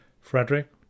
Frederick